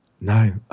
No